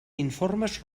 informes